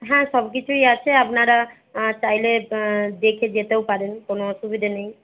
হ্যাঁ সবকিছুই আছে আপনারা চাইলে দেখে যেতেও পারেন কোনো অসুবিধে নেই